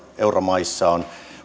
euromaissa on